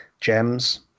gems